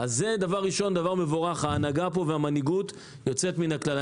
זה דבר מבורך, ההנהגה והמנהיגות יוצאת מן הכלל.